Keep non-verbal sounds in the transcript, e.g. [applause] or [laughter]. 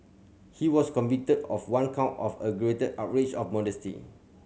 he was convicted of one count of [unintelligible] outrage of modesty